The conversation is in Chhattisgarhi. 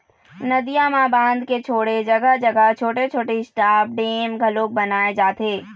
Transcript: नदियां म बांध के छोड़े जघा जघा छोटे छोटे स्टॉप डेम घलोक बनाए जाथे